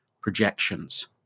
projections